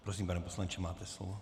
Prosím, pane poslanče, máte slovo.